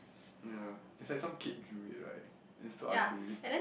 ya it's like some kid drew it right is so ugly